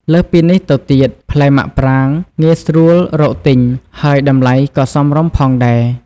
លើសពីនេះទៅទៀត ផ្លែមាក់ប្រាងងាយស្រួលរកទិញ ហើយតម្លៃក៏សមរម្យផងដែរ។